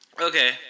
Okay